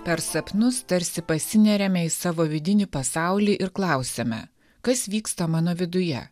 per sapnus tarsi pasineriame į savo vidinį pasaulį ir klausiame kas vyksta mano viduje